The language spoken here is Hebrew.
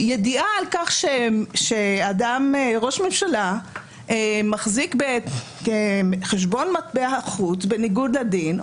ידיעה על כך שראש ממשלה מחזיק בחשבון מטבע חוץ בניגוד לדין,